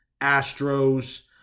Astros